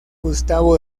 gustavo